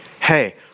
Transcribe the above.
hey